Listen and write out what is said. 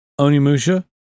Onimusha